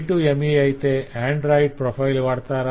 J2ME అయితే Android profile వాడతారా